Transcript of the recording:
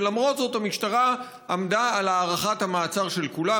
ולמרות זאת המשטרה עמדה על הארכת המעצר של כולם,